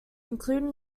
included